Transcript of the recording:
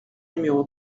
numéro